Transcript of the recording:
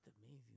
amazing